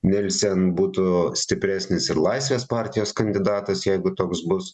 nilsen būtų stipresnis ir laisvės partijos kandidatas jeigu toks bus